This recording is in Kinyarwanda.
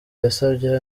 yasabye